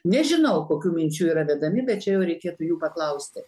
nežinau kokių minčių yra vedami bet čia jau reikėtų jų paklausti